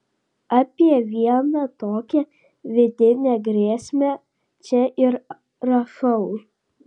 apie vieną tokią vidinę grėsmę čia ir rašau